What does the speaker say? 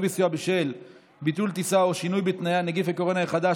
וסיוע בשל ביטול טיסה או שינוי בתנאיה) (נגיף הקורונה החדש,